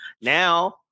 Now